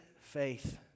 faith